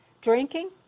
Drinking